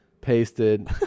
pasted